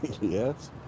Yes